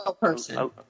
person